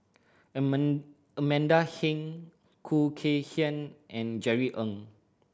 Amanda Heng Khoo Kay Hian and Jerry Ng